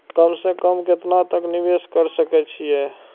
कम से कम केतना तक निवेश कर सके छी ए?